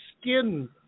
skin